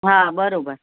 હા બરાબર